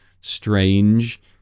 strange